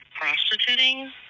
prostituting